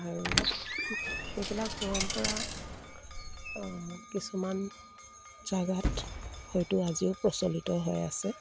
আৰু সেইবিলাক পৰম্পৰা কিছুমান জাগাত হয়তো আজিও প্ৰচলিত হৈ আছে